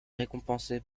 récompensé